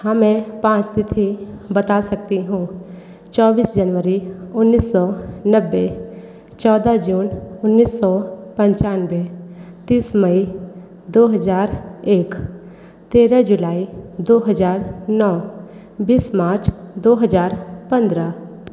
हाँ मैं पाँच तिथि बता सकती हूँ चौबीस जनवरी उन्नीस सौ नब्बे चौदह जून उन्नीस सौ पंचानबे तीस मई दो हज़ार एक तेरह जुलाई दो हज़ार नौ बीस मार्च दो हज़ार पन्द्रह